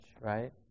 right